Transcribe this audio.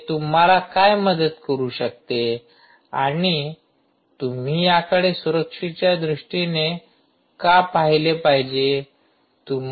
हे तुम्हाला काय मदत करु शकते आणि तुम्ही याकडे सुरक्षेच्या दृष्टीने का पाहिले पाहिजे